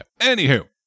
Anywho